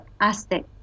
Aztec